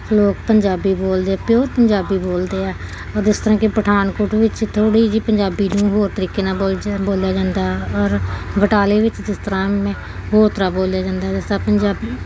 ਲੋਕ ਪੰਜਾਬੀ ਬੋਲਦੇ ਆ ਪਿਓਰ ਪੰਜਾਬੀ ਬੋਲਦੇ ਆ ਔਰ ਜਿਸ ਤਰ੍ਹਾਂ ਕਿ ਪਠਾਨਕੋਟ ਵਿੱਚ ਥੋੜ੍ਹੀ ਜਿਹੀ ਪੰਜਾਬੀ ਨੂੰ ਹੋਰ ਤਰੀਕੇ ਨਾਲ ਬੋਲ ਜਾ ਬੋਲਿਆ ਜਾਂਦਾ ਔਰ ਬਟਾਲੇ ਵਿੱਚ ਜਿਸ ਤਰ੍ਹਾਂ ਮੈਂ ਹੋਰ ਤਰ੍ਹਾਂ ਬੋਲਿਆ ਜਾਂਦਾ ਜਿਸ ਤਰ੍ਹਾਂ ਪੰਜਾਬੀ